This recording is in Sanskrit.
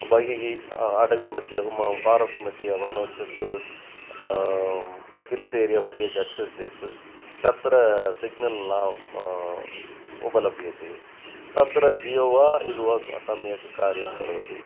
बहिः अटवीमध्ये म फ़ारेस्ट्मध्ये वा नो चेत् हिल्स् एरियामध्ये गच्छन् चेत् तत्र सिग्नल् न उपलभ्यते तत्र जियो वा इद् वा स सम्यक् कार्यं करोति